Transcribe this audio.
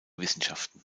wissenschaften